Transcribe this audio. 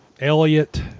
Elliott